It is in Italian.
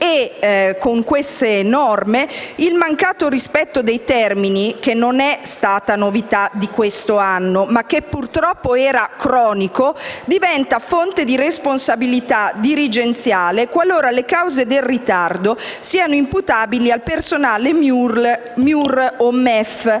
riferimento. Il mancato rispetto dei termini, che non è novità di questo anno ma che purtroppo era cronico, diventa fonte di responsabilità dirigenziale qualora le cause del ritardo siano imputabili al personale MIUR o MEF.